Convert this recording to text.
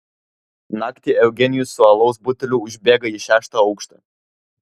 naktį eugenijus su alaus buteliu užbėga į šeštą aukštą